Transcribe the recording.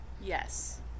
Yes